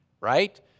right